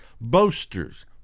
boasters